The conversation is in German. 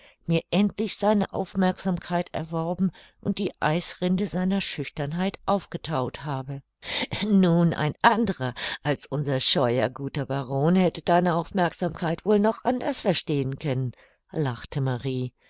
mir endlich seine aufmerksamkeit erworben und die eisrinde seiner schüchternheit aufgethaut habe nun ein anderer als unser scheuer guter baron hätte deine aufmerksamkeiten wohl noch anders verstehen können lachte marie